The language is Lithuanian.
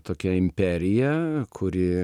tokia imperija kuri